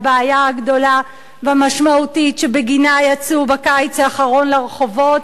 הבעיה הגדולה והמשמעותית שבגינה יצאו בקיץ האחרון לרחובות,